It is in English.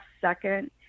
second